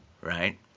right